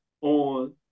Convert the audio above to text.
On